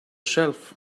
shelf